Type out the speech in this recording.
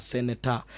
Senator